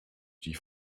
die